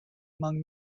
among